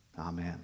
Amen